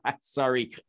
sorry